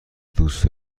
دوست